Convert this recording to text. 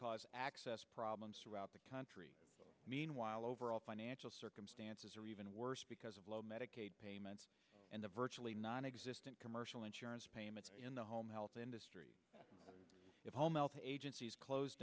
cause access problems throughout the country meanwhile overall financial circumstances are even worse because of low medicaid payments and the virtually non existent commercial insurance payments in the home health industry if home health agencies close